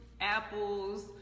apples